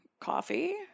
coffee